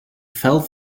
fell